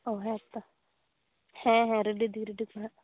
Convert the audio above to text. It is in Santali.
ᱚᱻ ᱦᱮᱸ ᱛᱚ ᱦᱮᱸ ᱦᱮᱸ ᱨᱮᱰᱤ ᱫᱩᱧ ᱨᱮᱰᱤ ᱠᱚᱜᱼᱟ ᱦᱟᱸᱜ